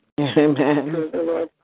Amen